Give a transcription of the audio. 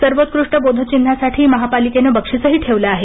सर्वोत्कृष्ट बोधचिन्हासाठी महापालिकेने बक्षीसही ठेवले आहे